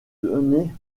donner